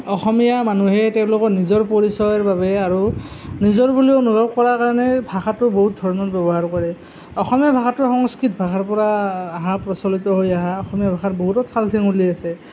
অসমীয়া মানুহে তেওঁলোকৰ নিজৰ পৰিচয়ৰ বাবে আৰু নিজৰ বুলি অনুভৱ কৰাৰ কাৰণে ভাষাটো বহুত ধৰণে ব্যৱহাৰ কৰে অসমীয়া ভাষাটো সংস্কৃত ভাষাৰ পৰা অহা প্ৰচলিত হৈ অহা অসমীয়া ভাষাটোৰ বহুতো ঠাল ঠেঙুলি আছে